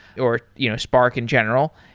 or you know spark in general.